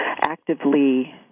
actively